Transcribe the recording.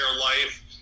life